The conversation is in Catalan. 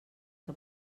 que